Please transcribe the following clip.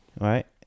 Right